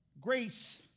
Grace